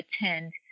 attend